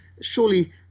surely